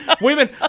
Women